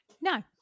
No